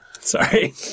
sorry